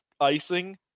icing